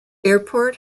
airport